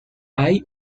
hay